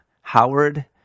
Howard